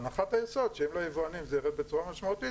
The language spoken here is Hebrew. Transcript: הנחת היסוד שאם ליבואנים זה יירד בצורה משמעותית,